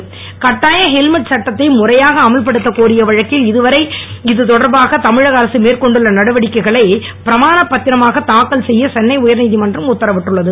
helmet கட்டாய helmet சட்டத்தை முறையாக அமல்படுத்தக் கோரிய வழக்கில் இதுவரை இதுதொடர்பாக தமிழக அரசு மேற்கொண்ட நடவடிக்கைகளை பிரமாணப் பத்திரமாக தாக்கல் செய்ய சென்னை உயர்நீதமன்றம் உத்தரவிட்டுள்ளது